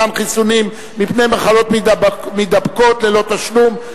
מתן חיסונים מפני מחלות מידבקות ללא תשלום),